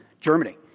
Germany